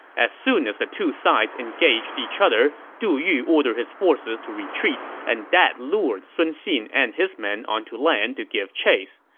as soon as the two sides engaged each other, du yu ordered his forces to retreat, and that lured sun xin and his men onto land to give chase.